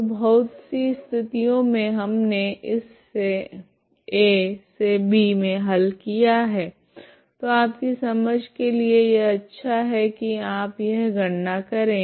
तो बहुत सी स्थितियों मे हमने इससे a से b मे हल किया है तो आपकी समझ के लिए यह अच्छा है की आप यह गणना करे